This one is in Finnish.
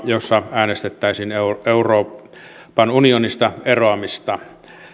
jossa äänestettäisiin euroopan unionista eroamisesta